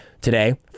today